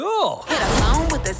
Cool